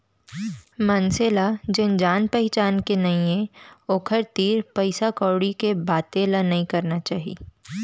मनसे ल जेन जान पहिचान के नइये ओकर तीर पइसा कउड़ी के बाते ल नइ करना चाही